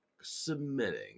submitting